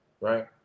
right